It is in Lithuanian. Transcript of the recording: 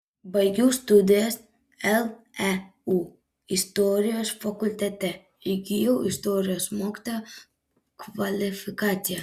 baigiau studijas leu istorijos fakultete įgijau istorijos mokytojo kvalifikaciją